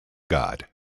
god